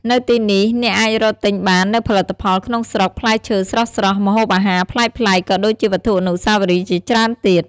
នៅទីនេះ អ្នកអាចរកទិញបាននូវផលិតផលក្នុងស្រុក ផ្លែឈើស្រស់ៗ ម្ហូបអាហារប្លែកៗ ក៏ដូចជាវត្ថុអនុស្សាវរីយ៍ជាច្រើនទៀត។